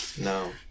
No